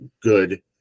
good